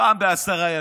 פעם בעשרה ימים.